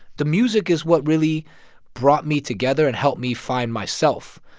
the music is what really brought me together and helped me find myself,